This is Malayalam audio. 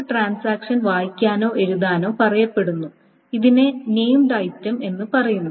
ഒരു ട്രാൻസാക്ഷൻ വായിക്കാനോ എഴുതാനോ പറയപ്പെടുന്നു ഇതിനെ നേംഡ് ഐറ്റമ് എന്നു പറയുന്നു